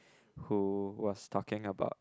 who was talking about